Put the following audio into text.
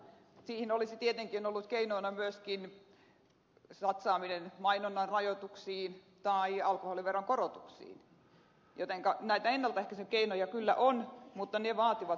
siihen olisi tietenkin ollut keinona myöskin satsaaminen mainonnan rajoituksiin tai alkoholiveron korotus jotenka näitä ennaltaehkäisykeinoja kyllä on mutta ne vaativat myöskin satsauksia